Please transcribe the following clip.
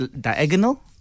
diagonal